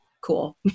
cool